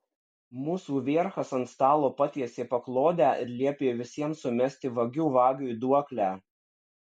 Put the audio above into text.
mūsų vierchas ant stalo patiesė paklodę ir liepė visiems sumesti vagių vagiui duoklę